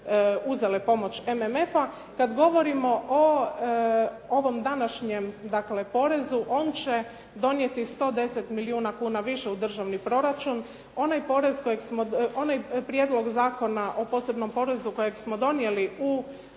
uzele pomoć MMF-a. Kad govorimo o ovom današnjem dakle porezu, on će donijeti 110 milijuna kuna više u državni proračun. Onaj Prijedlog zakona o posebnom porezu kojeg smo donijeli u